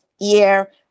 year